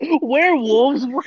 Werewolves